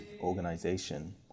organization